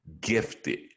gifted